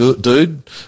dude